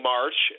March